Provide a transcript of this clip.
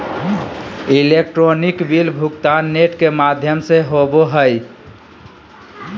electronic bill भुगतान net के माघ्यम से होवो हइ